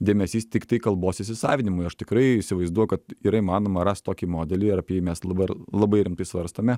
dėmesys tiktai kalbos įsisavinimui aš tikrai įsivaizduoju kad yra įmanoma rast tokį modelį ir apie jį mes dabar labai rimtai svarstome